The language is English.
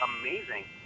amazing